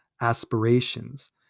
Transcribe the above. aspirations